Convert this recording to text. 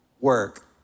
work